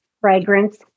Fragrance